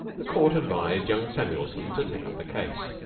the court advised young samuelson to take up the case.